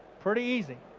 pretty easy.